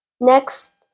next